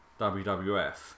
WWF